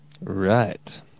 Right